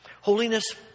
Holiness